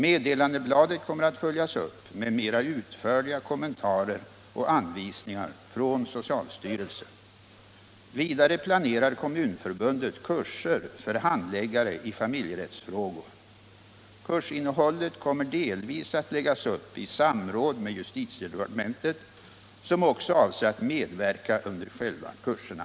Meddelandebladet kommer att följas upp med mera utförliga kommentarer och anvisningar från socialstyrelsen. Vidare planerar Kommunförbundet kurser för handläggare i familjerättsfrågor. Kursinnehållet kommer delvis att läggas upp i samråd med justitiedepartementet, som också avser att medverka under själva kurserna.